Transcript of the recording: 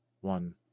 one